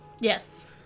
Yes